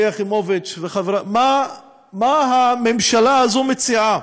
שלי יחימוביץ, מה הממשלה הזאת מציעה?